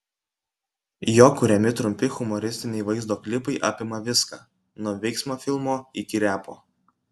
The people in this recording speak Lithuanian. jo kuriami trumpi humoristiniai vaizdo klipai apima viską nuo veiksmo filmo iki repo